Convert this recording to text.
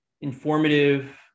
informative